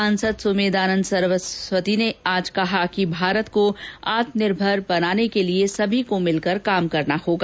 सांसद सुमेधानंद सरस्वती ने आज कहा कि भारत को आत्मनिर्भर बनाने के लिए सभी को भिलकर काम करना होगा